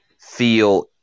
feel